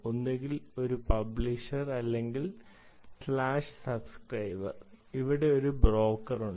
ഒന്നുകിൽ ഒരു പബ്ലിഷർ അല്ലെങ്കിൽ സ്ലാഷ് സബ്സ്ക്രൈബർ ഇവിടെ ഒരു ബ്രോക്കർ ഉണ്ട്